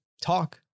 talk